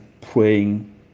praying